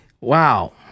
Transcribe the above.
Wow